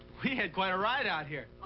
we had quite a ride out here.